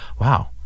wow